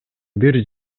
бир